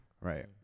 Right